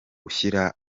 gushyira